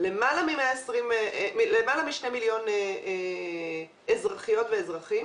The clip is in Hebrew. למעלה מ-2 מיליון אזרחיות ואזרחים